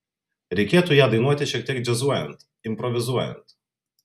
reikėtų ją dainuoti šiek tiek džiazuojant improvizuojant